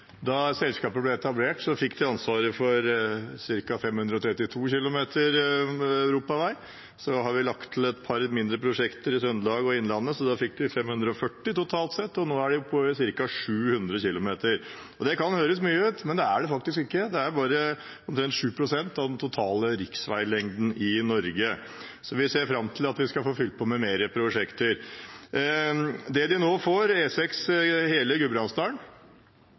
Da selskapet ble etablert, fikk det ansvaret for ca. 532 km europavei. Så har vi lagt til et par mindre prosjekter i Trøndelag og Innlandet, så da fikk de totalt sett 540 km, og nå er de på ca. 700 km. Det kan høres mye ut, men det er det faktisk ikke – det er bare omtrent 7 pst. av den totale riksveilengden i Norge. Så vi ser fram til at vi skal få fylt på med flere prosjekter. Det de nå får, E6 i hele Gudbrandsdalen,